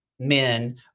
men